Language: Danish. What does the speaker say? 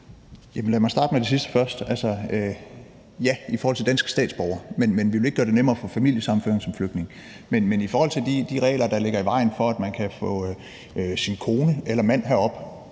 Lad mig starte med det sidste først. Svaret er ja i forhold til danske statsborgere, men vi vil ikke gøre det nemmere at få familiesammenføring som flygtning. I forhold til de regler, der står i vejen for, at man kan få sin kone eller mand herop,